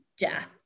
death